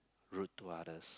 rude to others